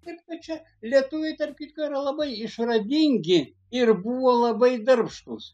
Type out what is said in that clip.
taip kad čia lietuviai tarp kitko yra labai išradingi ir buvo labai darbštūs